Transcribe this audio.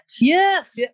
Yes